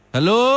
Hello